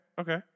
okay